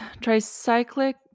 tricyclic